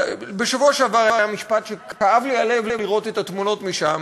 בשבוע שעבר היה משפט שכאב לי הלב לראות את התמונות משם,